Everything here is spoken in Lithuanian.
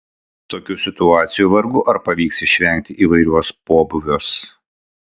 tokių situacijų vargu ar pavyks išvengti įvairiuos pobūviuos